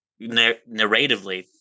narratively